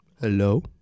hello